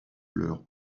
leur